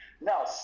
Now